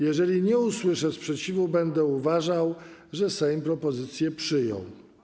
Jeżeli nie usłyszę sprzeciwu, będę uważał, że Sejm propozycję przyjął.